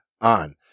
on